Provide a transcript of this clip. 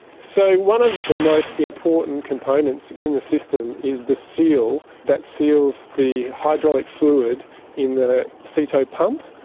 so one of the most important components in the system is the seal that seals the hydraulic fluid in the ceto pump.